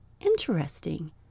Interesting